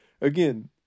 again